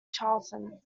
charlton